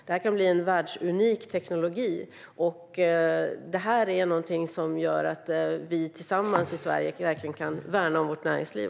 Detta kan bli en världsunik teknologi, och det här är någonting som gör att vi tillsammans i Sverige verkligen kan värna även om vårt näringsliv.